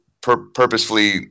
purposefully